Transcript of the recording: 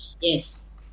Yes